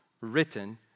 written